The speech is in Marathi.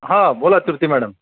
हां बोला श्रुती मॅडम